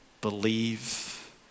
believe